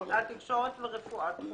התקשורת ורפואה דחופה.